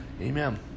Amen